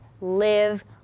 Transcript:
live